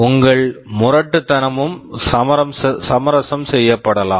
உங்கள் முரட்டுத்தனமும் சமரசம் செய்யப்படலாம்